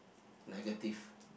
negative